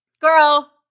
Girl